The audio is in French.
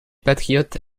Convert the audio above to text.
patriotes